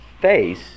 face